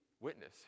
witness